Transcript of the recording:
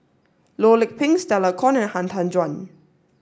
Loh Lik Peng Stella Kon and Han Tan Juan